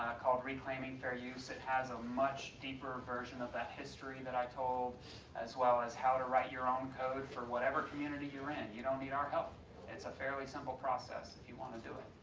called reclaiming fair use. it has a much deeper of that history that i told as well as how to write your own code for whatever community you're in you don't need our help it's a fairly simple process if you want to do it.